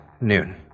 noon